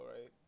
right